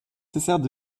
cessèrent